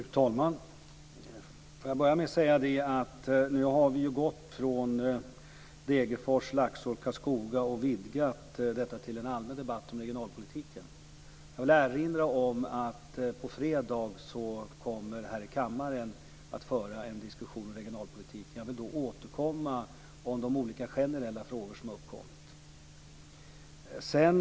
Fru talman! Låt mig börja med att säga att vi nu har vidgat debatten från att avse Degerfors, Laxå och Karlskoga till en allmän debatt om regionalpolitiken. Jag vill erinra om att det på fredag här i kammaren kommer att föras en diskussion om regionalpolitiken. Jag vill då återkomma till de olika generella frågor som har uppkommit.